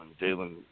Jalen